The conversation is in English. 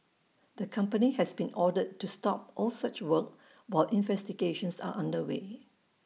the company has been ordered to stop all such work while investigations are under way